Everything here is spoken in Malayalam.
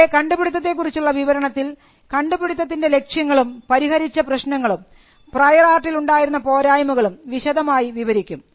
ഇവിടെ കണ്ടുപിടുത്തത്തെ കുറിച്ചുള്ള വിവരണത്തിൽ കണ്ടുപിടുത്തത്തിനൻറെ ലക്ഷ്യങ്ങളും പരിഹരിച്ച പ്രശ്നങ്ങളും പ്രയർ ആർട്ടിൽ ഉണ്ടായിരുന്ന പോരായ്മകളും വിശദമായി വിവരിക്കും